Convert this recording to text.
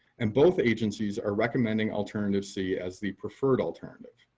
and both agencies are recommending alternative c as the preferred alternative.